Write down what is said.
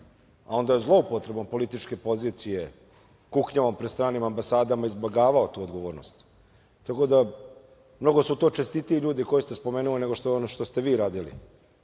a onda je zloupotrebom političke pozicije, kuknjavom pred stranim ambasadama izbegavao tu odgovornost, tako da su to mnogo čestitiji ljudi koji ste spomenuli, nego što ste vi radili. Ja